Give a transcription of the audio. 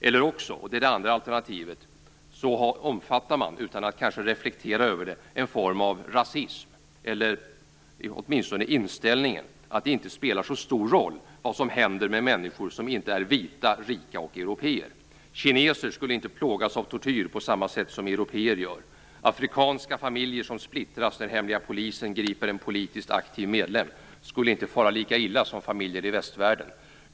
Eller också, och det är det andra alternativet, omfattar man, utan att kanske reflektera över det, en form av rasism eller åtminstone en inställning att det inte spelar så stor roll vad som händer med människor som inte är vita, rika och européer. Kineser skulle inte plågas av tortyr på samma sätt som européer gör. Afrikanska familjer som splittras när hemliga polisen griper en politiskt aktiv medlem skulle inte fara lika illa som familjer i västvärlden.